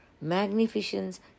magnificence